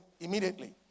immediately